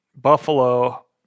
Buffalo